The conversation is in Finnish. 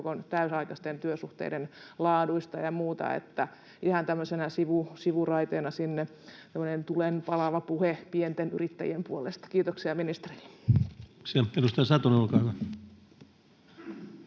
kokoaikaisten työsuhteiden laadusta ja muusta. Ihan tämmöisenä sivuraiteena sinne tämmöinen tulenpalava puhe pienten yrittäjien puolesta. Kiitoksia ministerille.